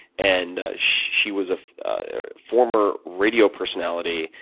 and she was a former radio personality.